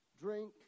drink